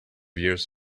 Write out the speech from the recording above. years